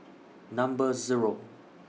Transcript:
Number Zero